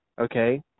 okay